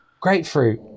Grapefruit